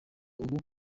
ubu